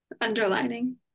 underlining